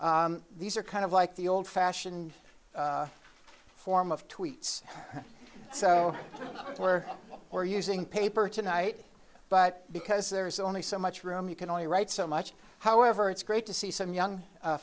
these are kind of like the old fashioned form of tweets so where we're using paper tonight but because there's only so much room you can only write so much however it's great to see some young